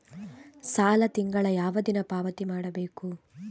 ಸಾಲ ತಿಂಗಳ ಯಾವ ದಿನ ಪಾವತಿ ಮಾಡಬೇಕು?